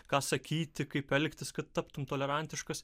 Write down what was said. ką sakyti kaip elgtis kad taptum tolerantiškas